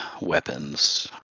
weapons